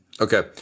Okay